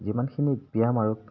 যিমানখিনি ব্যায়াম আৰু